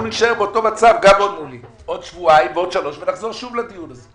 נישאר באותו מצב גם עוד שבועיים ועוד שלושה שבועות ושוב נחזור לדיון הזה.